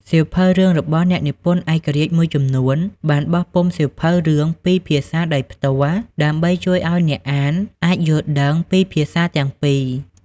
សៀវភៅរឿងរបស់ អ្នកនិពន្ធឯករាជ្យ មួយចំនួនបានបោះពុម្ពសៀវភៅរឿងពីរភាសាដោយផ្ទាល់ ដើម្បីជួយឲ្យអ្នកអានអាចយល់ដឹងពីភាសាទាំងពីរ។